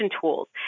tools